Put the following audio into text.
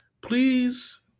please